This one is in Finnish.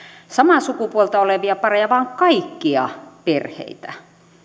samaa sukupuolta olevia pareja vaan kaikkia perheitä